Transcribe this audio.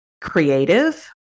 creative